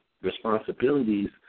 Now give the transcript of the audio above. responsibilities